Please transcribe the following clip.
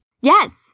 Yes